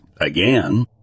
again